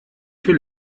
für